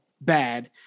bad